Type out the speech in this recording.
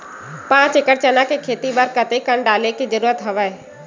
पांच एकड़ चना के खेती बर कते कन डाले के जरूरत हवय?